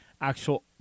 actual